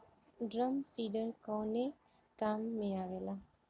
Drum seeder कवने काम में आवेला?